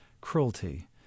cruelty